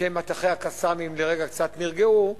כשמטחי ה"קסאמים" לרגע קצת נרגעו,